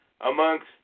amongst